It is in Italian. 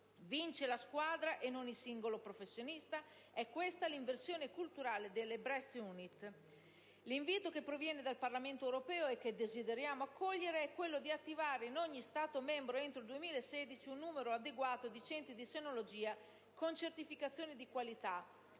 Vince la squadra, e non il singolo professionista: è questa l'inversione culturale delle *Breast Units*. L'invito che proviene dal Parlamento europeo, e che desideriamo accogliere, è quello di attivare in ogni Stato membro, entro il 2016, un numero adeguato di Centri di senologia con certificazione di qualità: